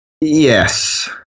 Yes